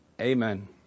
Amen